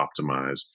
optimize